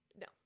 no